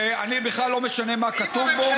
ובכלל לא משנה מה כתוב בו,